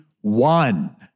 one